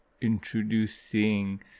introducing